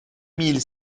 mille